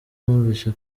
numvise